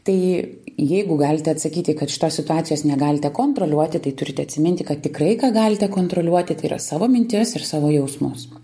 tai jeigu galite atsakyti kad šitos situacijos negalite kontroliuoti tai turite atsiminti kad tikrai ką galite kontroliuoti tai yra savo mintis ir savo jausmus